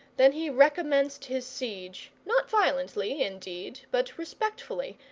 than he recommenced his siege, not violently, indeed, but respectfully,